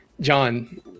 john